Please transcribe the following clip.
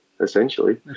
essentially